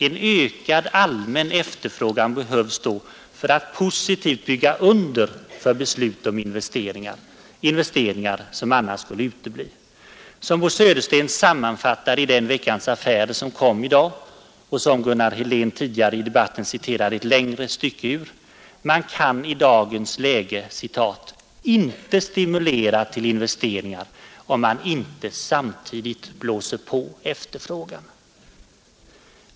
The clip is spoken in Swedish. En ökad allmän efterfrågan behövs då för att positivt bygga under beslut om investeringar — investeringar som annars skulle utebli. Professorn i nationalekonomi Bo Södersten sammanfattar detta i den Veckans Affärer som kom ut i dag och som Gunnar Helén tidigare i debatten citerade ett längre stycke ur: Man kan i dagens läge ”inte stimulera till investeringar om man inte samtidigt blåser på efterfrågan”.